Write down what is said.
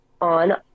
on